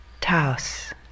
Taos